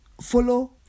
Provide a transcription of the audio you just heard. follow